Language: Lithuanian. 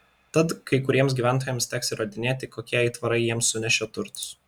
tad kai kuriems gyventojams teks įrodinėti kokie aitvarai jiems sunešė turtus